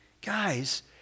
Guys